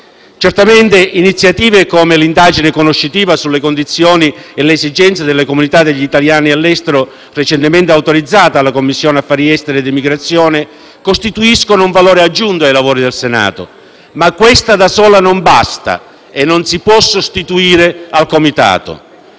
Certamente iniziative come l'indagine conoscitiva sulle condizioni e le esigenze delle comunità degli italiani all'estero, recentemente autorizzata alla Commissione affari esteri, emigrazione, costituiscono un valore aggiunto ai lavori del Senato, ma questa da sola non basta e non si può sostituire al Comitato.